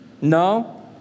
No